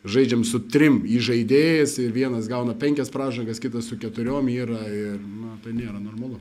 žaidžiam su trim įžaidėjais ir vienas gauna penkias pražangas kitas su keturiom yra ir na tai nėra normalu